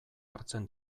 hartzen